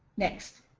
next.